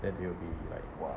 then they will be like !wah!